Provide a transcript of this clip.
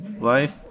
life